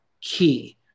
key